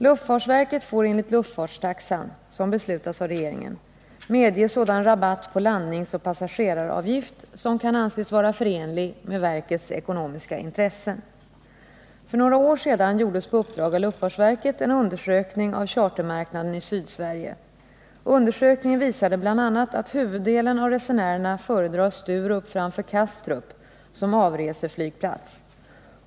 Luftfartsverket får enligt luftfartstaxan, som beslutas av regeringen, medge sådan rabatt på landningsoch passageraravgift som kan anses vara förenlig med verkets ekonomiska intressen. För några år sedan gjordes på uppdrag av luftfartsverket en undersökning av chartermarknaden i Sydsverige. Undersökningen visade bl.a. att huvuddelen av resenärerna föredrar Sturup framför Kastrup som avreseflygplats.